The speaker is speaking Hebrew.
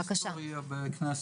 זאת ההיסטוריה בכנסת.